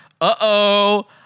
Uh-oh